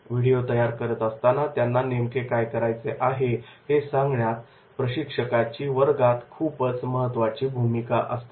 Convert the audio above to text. video तयार करत असताना त्यांना नेमके काय करायचे आहे हे सांगण्यात प्रशिक्षकाची वर्गात खूप महत्त्वाची भूमिका असते